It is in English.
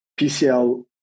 pcl